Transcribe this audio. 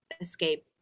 escape